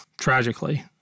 tragically